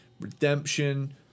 redemption